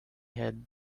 had